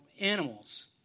animals